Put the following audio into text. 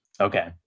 Okay